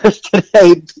today